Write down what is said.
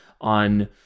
on